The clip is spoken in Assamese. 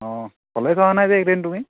অঁ ক'লেই কৰা নাই যে এইকেইদিন তুমি